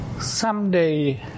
Someday